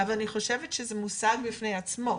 אבל אני חושבת שזה מושג בפני עצמו,